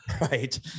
Right